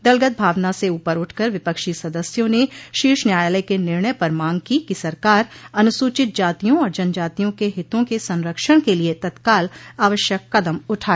दलगत भावना से उपर उठकर विपक्षी सदस्यों ने शीर्ष न्यायालय के निर्णय पर मांग की कि सरकार अनुसूचित जातियों और जनजातियों के हितों के संरक्षण के लिए तत्काल आवश्यक कदम उठाए